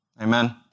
Amen